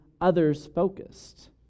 others-focused